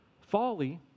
Folly